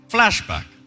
Flashback